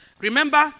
remember